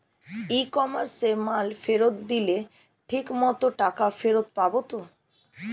ই কমার্সে মাল ফেরত দিলে ঠিক মতো টাকা ফেরত পাব তো?